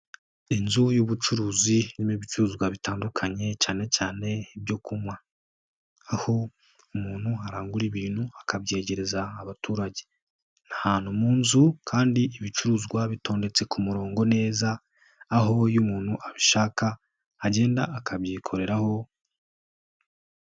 Inzu y'ubucuruzi irimo ibicuruzwa bitandukanye cyane cyane ibyo kunywa, Aho umuntu arangura ibintu akabyegereza abaturage. Ni ahantu mu nzu kandi ibicuruzwa bitondetse ku murongo neza, aho iyo umuntu abishaka agenda akabyikoreraho.